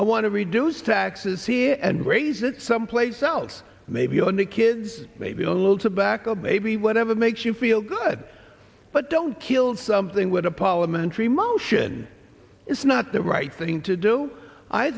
i want to reduce taxes here and raise it someplace else maybe on the kids maybe a little tobacco maybe whatever makes you feel good but don't kill something with a palm tree mulch and it's not the right thing to do i